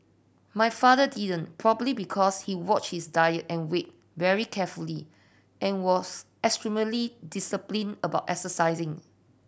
my father didn't probably because he watched his diet and weight very carefully and was extremely disciplined about exercising